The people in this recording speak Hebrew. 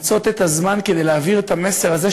למצות את הזמן כדי להעביר את המסר הזה,